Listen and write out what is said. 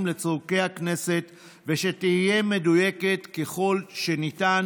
לצורכי הכנסת ושתהיה מדויקת ככל שניתן.